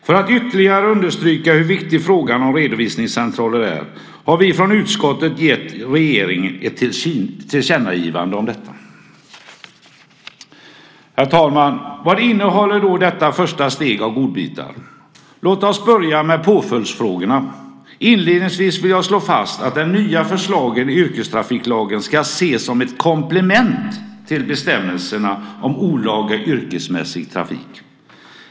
För att ytterligare understryka hur viktig frågan om redovisningscentraler är har vi från utskottet gett regeringen ett tillkännagivande om detta. Vad innehåller då detta första steg av godbitar? Låt oss börja med påföljdsfrågorna. Inledningsvis vill jag slå fast att de nya förslagen i yrkestrafiklagen ska ses som ett komplement till bestämmelserna om olaga yrkesmässig trafik.